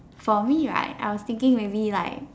for me right I was thinking maybe like